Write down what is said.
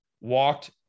walked